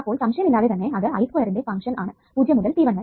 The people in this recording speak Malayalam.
അപ്പോൾ സംശയമില്ലാതെ തന്നെ അത് I സ്ക്വയറിന്റെ ഫങ്ക്ഷൻ ആണ് 0 മുതൽ t1 വരെ